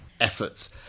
efforts